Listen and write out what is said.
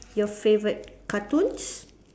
your favourite cartoons